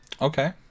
Okay